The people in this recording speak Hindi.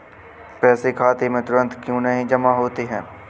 पैसे खाते में तुरंत क्यो नहीं जमा होते हैं?